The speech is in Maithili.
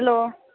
हलो